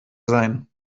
sein